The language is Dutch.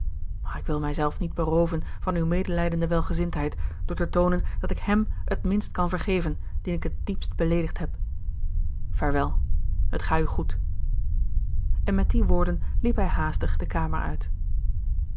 maar ik wil mij zelf niet berooven van uwe medelijdende welgezindheid door te toonen dat ik hèm het minst kan vergeven dien ik het diepst beleedigd heb vaarwel het ga u goed en met die woorden liep hij haastig de kamer uit